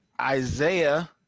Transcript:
Isaiah